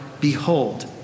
behold